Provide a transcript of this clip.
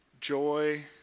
joy